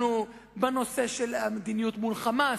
אנחנו בנושא של מדיניות מול "חמאס",